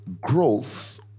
growth